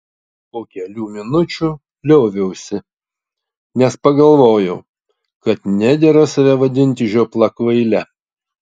po kelių minučių lioviausi nes pagalvojau kad nedera save vadinti žiopla kvaile